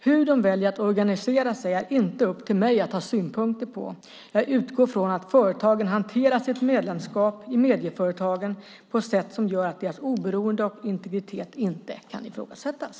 Hur de väljer att organisera sig är inte upp till mig att ha synpunkter på. Jag utgår från att företagen hanterar sitt medlemskap i Medieföretagen på ett sätt som gör att deras oberoende och integritet inte kan ifrågasättas.